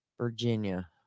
Virginia